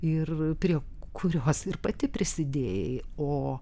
ir prie kurios ir pati prisidėjai o